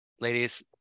Ladies